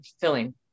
filling